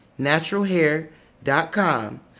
naturalhair.com